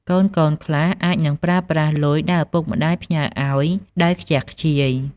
កូនៗខ្លះអាចនឹងប្រើប្រាស់លុយដែលឪពុកម្តាយផ្ញើឱ្យ ដោយខ្ជះខ្ជាយ។